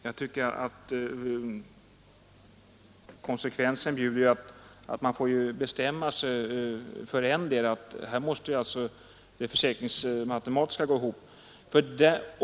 Jag tycker att konsekvensen bjuder att man får bestämma sig för ettdera. Här måste det ju gå ihop rent försäkringsmatematiskt.